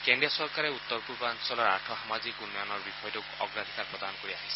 কেন্দ্ৰীয় চৰকাৰে উত্তৰ পূৰ্বাঞ্চলৰ আৰ্থ সামাজিক উন্নয়নৰ বিষয়টোক অগ্ৰাধিকাৰ প্ৰদান কৰি আহিছে